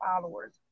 followers